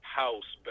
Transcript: house